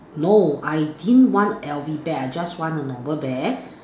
no I didn't want L_V bear I just want a normal bear